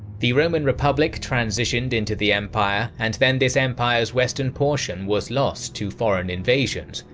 the roman republic transitioned into the empire and then this empire's western portion was lost to foreign invasions,